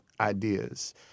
ideas